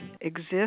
exist